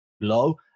low